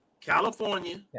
California